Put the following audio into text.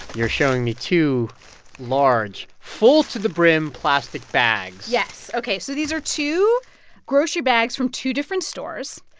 you're showing me two large, full-to-the-brim plastic bags yes. ok. so these are two grocery bags from two different stores.